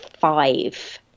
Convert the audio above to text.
five